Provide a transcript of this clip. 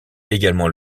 également